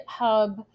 GitHub